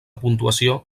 puntuació